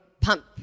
pump